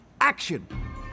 action